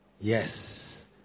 Yes